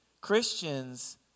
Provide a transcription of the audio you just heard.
Christians